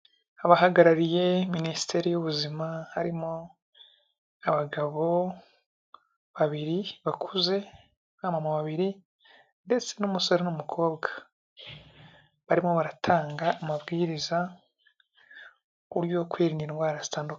Abahagarariye minisiteri y'ubuzima harimo abagabo babiri bakuze abamama babiri ndetse n'umusore n'umukobwa barimo baratanga amabwiriza yo kwirinda indwara zitandukanye.